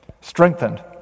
strengthened